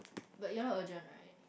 but your all urgent right